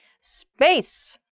space